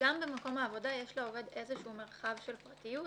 שגם במקום העבודה יש לעובד איזשהו מרחב של פרטיות,